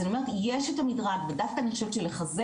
אז אני אומרת יש את המדרג ודווקא אני חושבת שלחזק